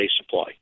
supply